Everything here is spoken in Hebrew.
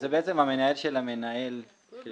זה המנהל של המנהל של